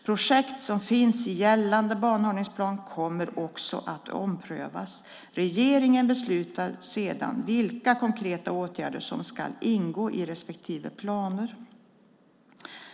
Projekt som finns i gällande banhållningsplan kommer också att omprövas. Regeringen beslutar sedan vilka konkreta åtgärder som ska ingå i respektive planer.